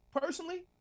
personally